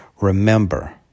remember